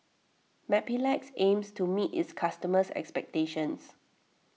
Mepilex aims to meet its customers' expectations